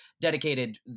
dedicated